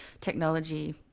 technology